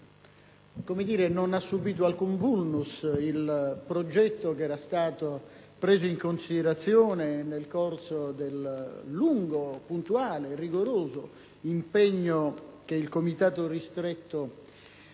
dico perché non ha subìto alcun *vulnus* il progetto che era stato preso in considerazione nel corso del lungo, puntuale e rigoroso impegno che il Comitato ristretto